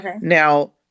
Now